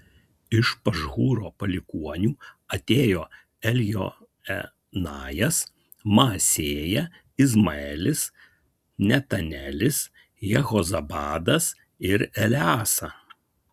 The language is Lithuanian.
iš pašhūro palikuonių atėjo eljoenajas maasėja izmaelis netanelis jehozabadas ir eleasa